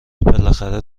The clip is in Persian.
بالاخره